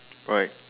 right